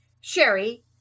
Sherry